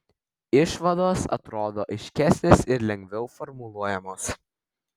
išvados atrodo aiškesnės ir lengviau formuluojamos